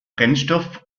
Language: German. brennstoff